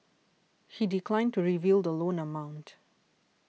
he declined to reveal the loan amount